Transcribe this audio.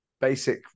basic